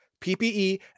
ppe